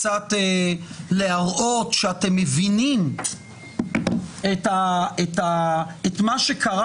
קצת להראות שאתם מבינים את מה שקרה